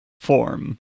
form